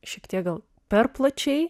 šiek tiek gal per plačiai